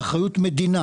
באחריות מדינה